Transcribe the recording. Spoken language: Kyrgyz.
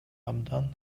абдан